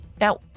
Now